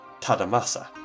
Tadamasa